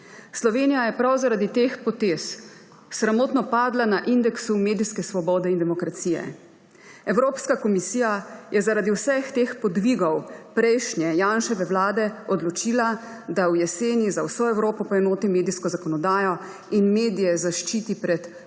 Slovenija je prav zaradi teh potez sramotno padla na indeksu medijske svobode in demokracije. Evropska komisija je zaradi vseh teh podvigov prejšnje Janševe vlade odločila, da v jeseni za vso Evropo poenoti medijsko zakonodajo in medije zaščiti pred